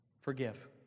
forgive